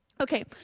Okay